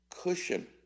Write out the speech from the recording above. cushion